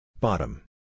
Bottom